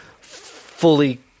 fully